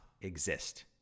exist